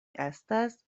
estas